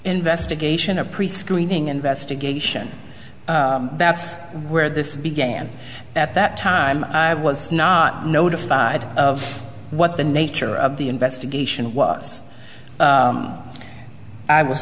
investigation a prescreening investigation that's where this began at that time i was not notified of what the nature of the investigation was i was